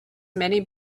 many